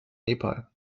nepal